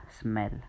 smell